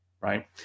right